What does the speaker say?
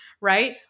right